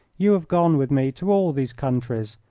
you have gone with me to all these countries,